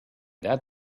that